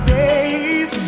days